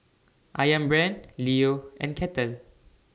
Ayam Brand Leo and Kettle